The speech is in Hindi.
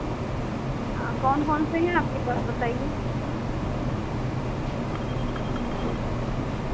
कौन कौन से हैं आपके पास बताइए हाँ